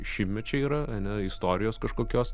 šimtmečiai yra ane istorijos kažkokios